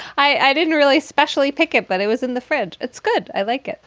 i i didn't really especially pick it, but it was in the fridge. it's good. i like it.